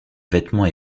vêtement